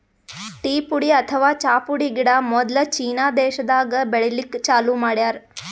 tea ಪುಡಿ ಅಥವಾ ಚಾ ಪುಡಿ ಗಿಡ ಮೊದ್ಲ ಚೀನಾ ದೇಶಾದಾಗ್ ಬೆಳಿಲಿಕ್ಕ್ ಚಾಲೂ ಮಾಡ್ಯಾರ್